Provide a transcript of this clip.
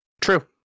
True